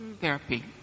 therapy